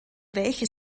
welche